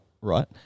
right